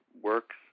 works